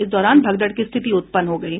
इस दौरान भगदड़ की स्थिति उत्पन्न हो गयी